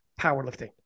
powerlifting